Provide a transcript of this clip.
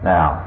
Now